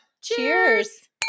Cheers